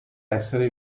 essere